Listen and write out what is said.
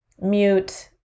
mute